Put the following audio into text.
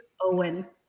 Owen